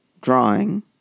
drawing